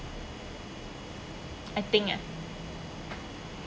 I think ah